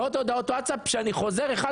מאות הודעות וואטסאפ שאני חוזר אליהן